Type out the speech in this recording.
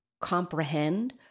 comprehend